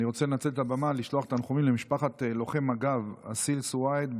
אני רוצה לנצל את הבמה לשלוח תנחומים למשפחת לוחם מג"ב אסיל סואעד,